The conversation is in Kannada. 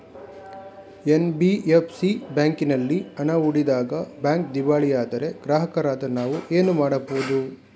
ಎನ್.ಬಿ.ಎಫ್.ಸಿ ಬ್ಯಾಂಕಿನಲ್ಲಿ ಹಣ ಹೂಡಿದಾಗ ಬ್ಯಾಂಕ್ ದಿವಾಳಿಯಾದರೆ ಗ್ರಾಹಕರಾದ ನಾವು ಏನು ಮಾಡಬೇಕು?